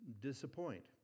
disappoint